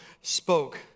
spoke